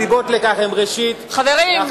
חברים,